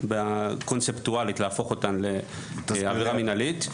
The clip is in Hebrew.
קונספטואלית, להפוך אותם לעבירה מינהלית.